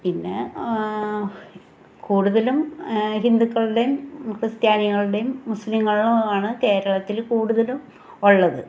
പിന്നെ കൂടുതലും ഹിന്ദുക്കളുടെയും ക്രിസ്ത്യാനികളുടെയും മുസ്ലീങ്ങളും ആണ് കേരളത്തിൽ കൂടുതലും ഉള്ളത്